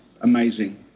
amazing